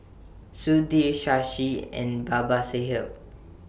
Sudhir Shashi and Babasaheb